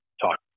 talk